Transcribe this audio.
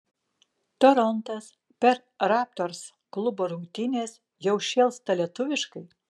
torontas per raptors klubo rungtynes jau šėlsta lietuviškai